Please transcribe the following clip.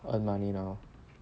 earn money now